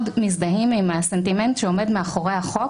מזדהים עם הסנטימנט שעומד מאחורי החוק,